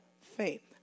Faith